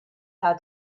how